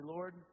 Lord